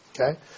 Okay